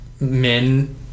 Men